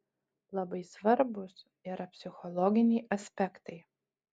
labai svarbūs yra psichologiniai aspektai